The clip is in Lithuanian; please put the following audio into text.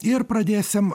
ir pradėsim